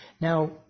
Now